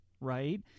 right